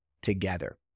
together